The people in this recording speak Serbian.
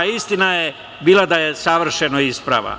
Istina je bila da je savršeno ispravna.